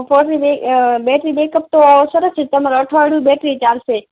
ફોનની battery back up તો સરસ છે તમારે અઠવાડિયું બેટરી ચાલશે